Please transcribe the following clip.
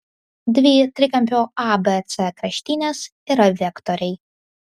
dvi trikampio abc kraštinės yra vektoriai